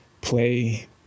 play